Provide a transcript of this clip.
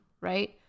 right